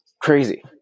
Crazy